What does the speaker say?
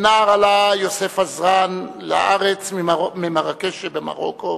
הרב יוסף עזרן עלה לארץ כנער ממרקש שבמרוקו,